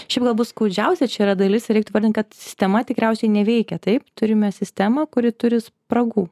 ši byla bus skaudžiausia čia yra dalis reiktų įvardint kad sistema tikriausiai neveikia taip turime sistemą kuri turi spragų